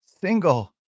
single